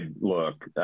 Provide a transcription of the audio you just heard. look